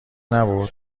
نبود